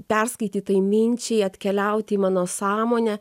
perskaitytai minčiai atkeliaut į mano sąmonę